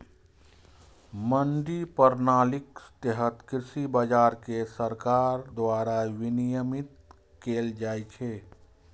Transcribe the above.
मंडी प्रणालीक तहत कृषि बाजार कें सरकार द्वारा विनियमित कैल जाइ छै